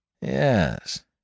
Yes